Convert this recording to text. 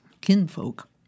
kinfolk